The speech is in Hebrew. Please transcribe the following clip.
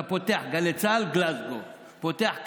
אתה פותח גלי צה"ל, גלזגו, פותח "כאן"